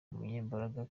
umunyembaraga